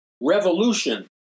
revolution